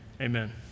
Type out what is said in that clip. Amen